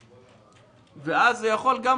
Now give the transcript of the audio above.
לא באוטו שלי,